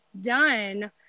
done